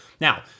Now